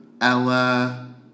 Ella